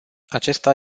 acesta